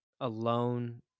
alone